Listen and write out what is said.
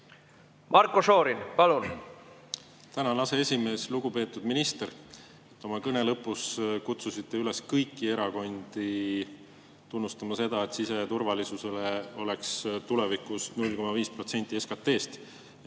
Marko Šorin, palun!